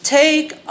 take